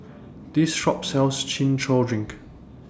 This Shop sells Chin Chow Drink